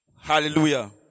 Hallelujah